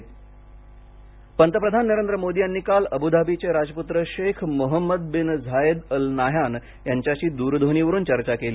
prince Modi पंतप्रधान नरेंद्र मोदी यांनी काल अबू धाबीचे राजपुत्र Sheikh Mohammed bin Zayed Al Nahyan यांच्याशी द्रध्वनीवरून चर्चा केली